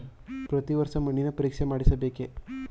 ಪ್ರತಿ ವರ್ಷ ಮಣ್ಣಿನ ಪರೀಕ್ಷೆ ಮಾಡಿಸಬೇಕೇ?